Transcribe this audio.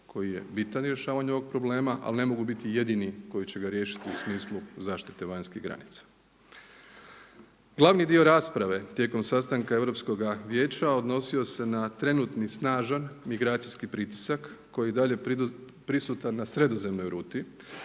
koji je bitan u rješavanju ovog problema, ali ne mogu biti jedini koji će ga riješiti u smislu zaštite vanjskih granica. Glavni dio rasprave tijekom sastanka Europskoga vijeća odnosio se na trenutni snažan migracijski pritisak koji je i dalje prisutan na sredozemnoj ruti